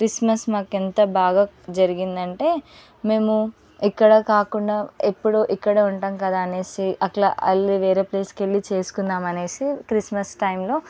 Christmas మాకెంత బాగా జరిగిందంటే మేము ఎక్కడ కాకుండా ఎప్పుడో ఇక్కడ ఉంటాం కదా అనేసి అట్లా వేరే ప్లేస్కి వెళ్ళి చేసుకున్నామనేసి క్రిస్మస్ టైంలో